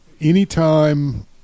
Anytime